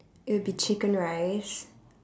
it would be chicken rice